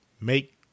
make